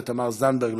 תמר זנדברג,